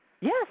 Yes